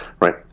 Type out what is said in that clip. Right